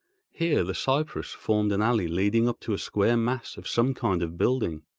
here the cypresses formed an alley leading up to a square mass of some kind of building.